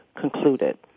concluded